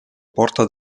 porta